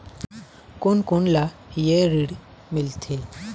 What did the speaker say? कोन कोन ला ये ऋण मिलथे?